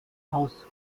aus